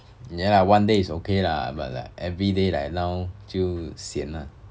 ya lah one day is okay lah but like everyday like now 就 sian lah